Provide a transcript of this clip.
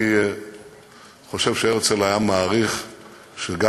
אני חושב שהרצל היה מעריך שגם